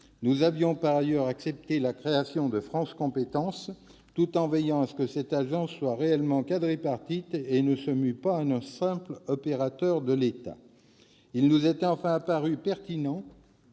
Nous avions par ailleurs accepté la création de France compétences, tout en veillant à ce que cette agence soit réellement quadripartite et ne se mue pas en un simple opérateur de l'État. Enfin, il nous était apparu pertinent